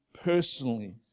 personally